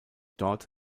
dort